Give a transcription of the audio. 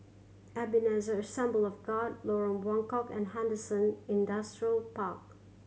Ebenezer Assembly of God Lorong Buangkok and Henderson Industrial Park